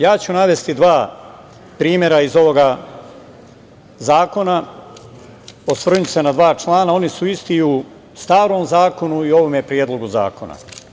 Ja ću navesti dva primera iz ovog zakona, a osvrnuću se na dva člana, oni su isti i u starom zakonu i u ovom predlogu zakona.